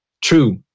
True